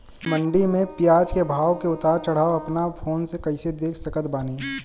मंडी मे प्याज के भाव के उतार चढ़ाव अपना फोन से कइसे देख सकत बानी?